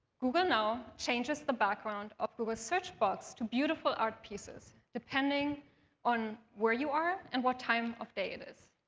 google now changes the background of google's search box to beautiful art pieces, depending on where you are and what time of day it is.